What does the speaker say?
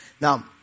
Now